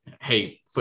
hey